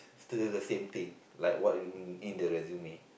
still do the same thing like what in in the resume